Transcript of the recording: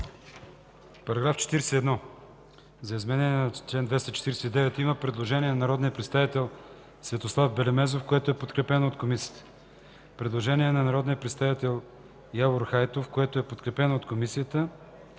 Предлага се изменение в чл. 36. Има предложение на народния представител Светослав Белемезов, което е подкрепено от Комисията. Има идентично предложение на народния представител Явор Хайтов, което е подкрепено от Комисията.